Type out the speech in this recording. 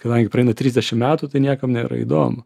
kadangi praeina trisdešim metų tai niekam nėra įdomu